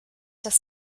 das